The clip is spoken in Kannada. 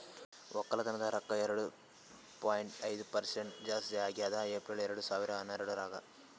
ಒಕ್ಕಲತನದ್ ರೊಕ್ಕ ಎರಡು ಪಾಯಿಂಟ್ ಐದು ಪರಸೆಂಟ್ ಜಾಸ್ತಿ ಆಗ್ಯದ್ ಏಪ್ರಿಲ್ ಎರಡು ಸಾವಿರ ಹನ್ನೆರಡರಾಗ್